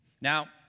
Now